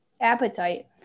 appetite